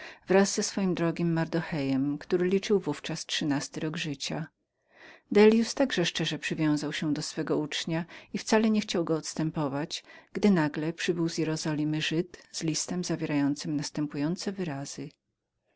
wraz z swoim drogim mardochejem który liczył w ówczas trzynasty rok życia dellius także szczerze przywiązał się był do swego ucznia i cale nie chciał go odstępować gdy nagle przybył z jerozolimy żyd z listem zawierającym nastupującenastępujące wyrazy